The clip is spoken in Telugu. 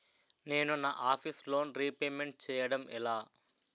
నేను నా ఆఫీస్ లోన్ రీపేమెంట్ చేయడం ఎలా?